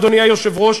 אדוני היושב-ראש,